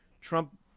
Trump